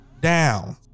down